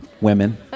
Women